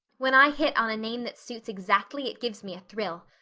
when i hit on a name that suits exactly it gives me a thrill.